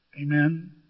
Amen